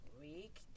week